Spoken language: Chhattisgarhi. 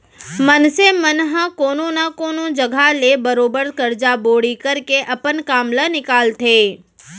मनसे मन ह कोनो न कोनो जघा ले बरोबर करजा बोड़ी करके अपन काम ल निकालथे